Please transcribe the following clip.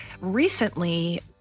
recently